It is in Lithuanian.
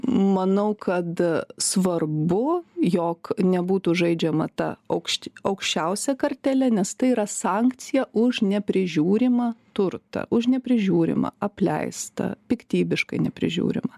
manau kad svarbu jog nebūtų žaidžiama ta aukšti aukščiausia kartele nes tai yra sankcija už neprižiūrimą turtą už neprižiūrimą apleistą piktybiškai neprižiūrimą